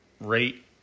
rate